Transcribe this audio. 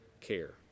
care